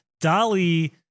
Dolly